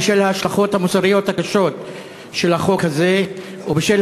בשל ההשלכות המוסריות הקשות של החוק הזה ובשל